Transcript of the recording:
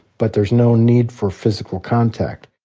but there's no need for physical contact.